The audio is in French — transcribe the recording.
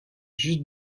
juste